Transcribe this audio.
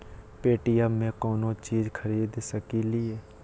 Paytm से कौनो चीज खरीद सकी लिय?